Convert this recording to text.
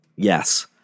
Yes